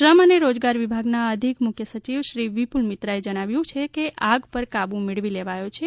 શ્રમ અને રોજગાર વિભાગના અધિક મુખ્ય સચિવ શ્રી વિપુલ મિત્રાએ જણાવ્યું છે કે આગ પર કાબુ મેળવી લેવાયો છે